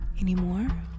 anymore